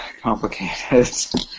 complicated